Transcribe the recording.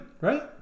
right